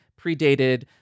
predated